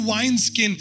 wineskin